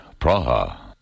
Praha